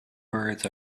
birds